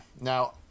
now